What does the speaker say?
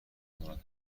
کند